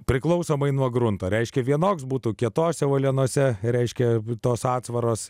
priklausomai nuo grunto reiškia vienoks būtų kietose uolienose reiškia tos atsvaros